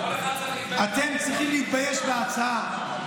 אתם צריכים להתבייש בהצעה.